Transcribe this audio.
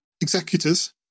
executors